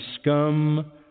scum